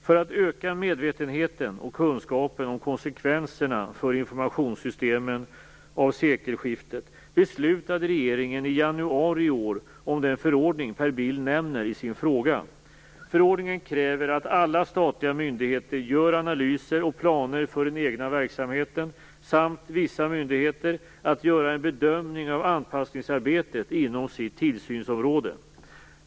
För att öka medvetenheten och kunskapen om sekelskiftets konsekvenser för informationssystemen, beslutade regeringen i januari i år om den förordning Per Bill nämner i sin fråga. Förordningen kräver att alla statliga myndigheter gör analyser och planer för den egna verksamheten samt att vissa myndigheter gör en bedömning av anpassningsarbetet inom sitt tillsynsområde.